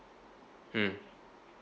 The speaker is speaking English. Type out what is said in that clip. mm